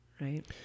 Right